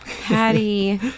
patty